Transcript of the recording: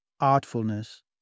artfulness